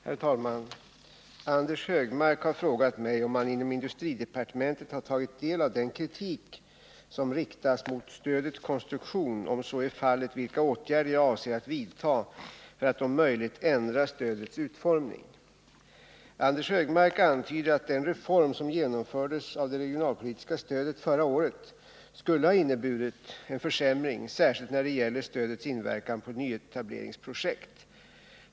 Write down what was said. Herr talman! Anders Högmark har frågat mig om man inom industridepartementet har tagit del av den kritik som riktas mot stödets konstruktion och, om så är fallet, vilka åtgärder jag avser att vidta för att om möjligt ändra stödets utformning. Anders Högmark antyder att den reform av det regionalpolitiska stödet som genomfördes förra året skulle ha inneburit en försämring, särskilt när det gäller stödets inverkan på nyetableringsprojekt.